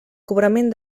cobrament